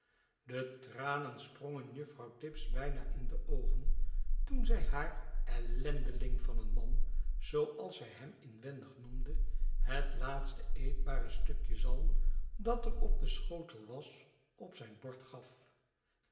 de tranen sprongen juffrouw tibbs b'yna in de oogen toen zij haar ellendeling van een man zooals zij hem inwendig noemde het laatste eetbare stukje zalm dat er op den schotel was op zijn bord gaf